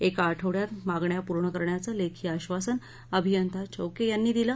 एका आठवड्यात मागण्या पूर्ण करण्याचं लेखी आधासन अभियंता चौके यांनी दिलं